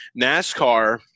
NASCAR